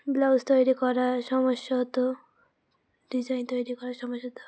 blouse তৈরি করার সমস্যা হতো ডিজাইন তৈরি করার সমস্যা হতো